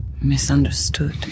misunderstood